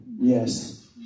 yes